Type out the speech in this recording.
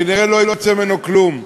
כנראה לא יצא ממנו כלום.